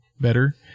better